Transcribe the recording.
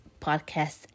podcast